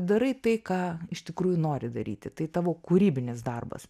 darai tai ką iš tikrųjų nori daryti tai tavo kūrybinis darbas